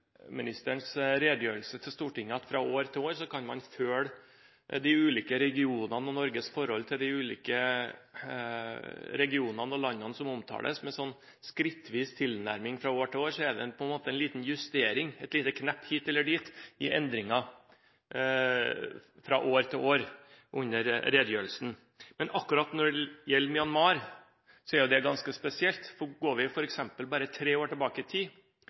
redegjørelse til Stortinget at man fra år til år kan følge Norges forhold til de ulike regionene og landene som omtales. Med en skrittvis tilnærming i redegjørelsene fra år til år er det en liten justering, et lite knepp hit eller dit, i endringene. Men akkurat når det gjelder Myanmar, er det ganske spesielt. Hvis vi for bare tre år siden hadde visst om situasjonen i